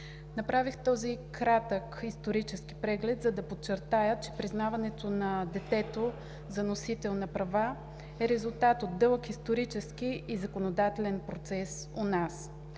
Направих този кратък исторически преглед, за да подчертая, че признаването на детето за носител на права е резултат от дълъг исторически и законодателен процес у нас.